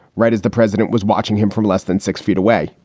right as the president was watching him from less than six feet away.